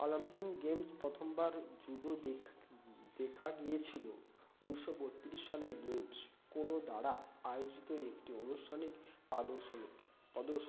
Olympic games প্রথমবার judo দেখা গিয়েছিল উনিশশো বত্রিশ সালের গেমস কোনো দ্বারা আয়োজিত একটি আনুষ্ঠানিক প্রদর্শনী